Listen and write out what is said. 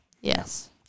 yes